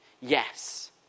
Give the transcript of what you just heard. yes